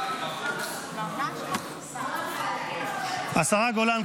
השרה גולן,